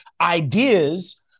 ideas